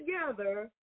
together